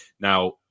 Now